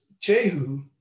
Jehu